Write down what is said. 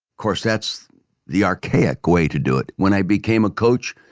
course, that's the archaic way to do it. when i became a coach,